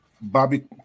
Bobby